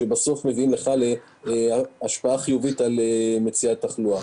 שבסוף מביאים להשפעה חיובית על מציאת תחלואה.